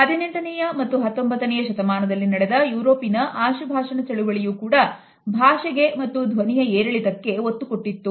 18ನೆಯ ಮತ್ತು 19ನೇ ಶತಮಾನದಲ್ಲಿ ನಡೆದ ಯುರೋಪಿನ ಆಶುಭಾಷಣ ಚಳುವಳಿಯು ಕೂಡ ಭಾಷೆಗೆ ಮತ್ತು ಧ್ವನಿಯ ಏರಿಳಿತ ಕ್ಕೆ ಒತ್ತು ಕೊಟ್ಟಿತ್ತು